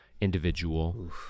individual